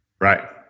Right